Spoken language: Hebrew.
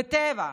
בטבע.